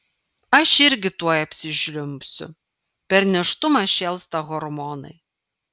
aš irgi tuoj apsižliumbsiu per nėštumą šėlsta hormonai